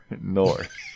north